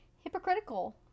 hypocritical